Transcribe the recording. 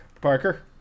Parker